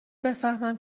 بفهمم